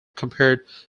compared